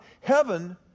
Heaven